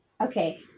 Okay